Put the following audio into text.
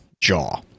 jaw